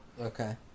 Okay